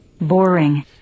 Boring